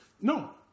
No